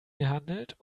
gehandelt